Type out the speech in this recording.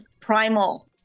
primal